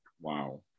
Wow